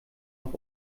auf